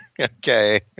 Okay